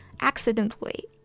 accidentally